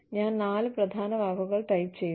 ഞാൻ നാല് പ്രധാന വാക്കുകൾ ടൈപ്പ് ചെയ്യുന്നു